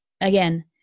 Again